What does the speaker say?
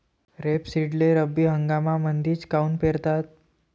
रेपसीडले रब्बी हंगामामंदीच काऊन पेरतात?